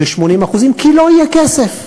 ב-80%, כי לא יהיה כסף.